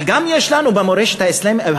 אבל גם יש לנו במורשת האסלאמית-ערבית,